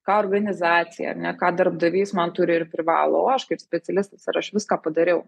ką organizacija ar ne ką darbdavys man turi ir privalo o aš kaip specialistas ar aš viską padariau